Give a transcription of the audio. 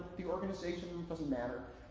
the organization doesn't matter,